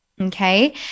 Okay